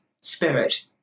spirit